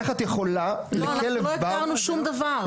איך את יכולה --- לא, אנחנו לא הגדרנו שום דבר.